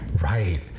right